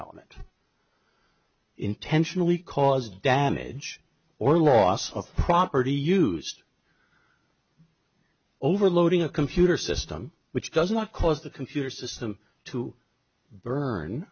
element intentionally cause damage or loss of property used overloading a computer system which does not cause the computer system to burn